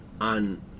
on